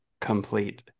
complete